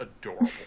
adorable